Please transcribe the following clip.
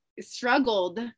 struggled